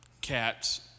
Cats